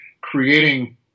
creating